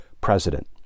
president